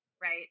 right